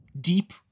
deep